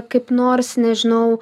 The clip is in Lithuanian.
kaip nors nežinau